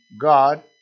God